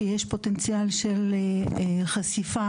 שיש פוטנציאל של חשיפה,